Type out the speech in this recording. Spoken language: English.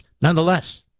Nonetheless